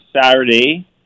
Saturday